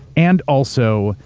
and also,